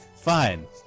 fine